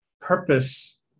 purpose